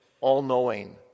all-knowing